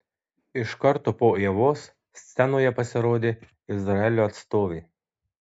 iš karto po ievos scenoje pasirodė izraelio atstovė